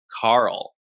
Carl